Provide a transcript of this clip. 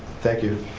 thank you.